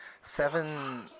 seven